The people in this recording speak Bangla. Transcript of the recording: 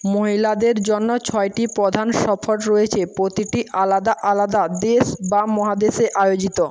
মহিলাদের জন্য ছয়টি প্রধান সফর রয়েছে প্রতিটি আলাদা আলাদা দেশ বা মহাদেশে আয়োজিত